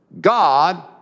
God